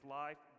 life